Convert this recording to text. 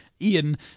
Ian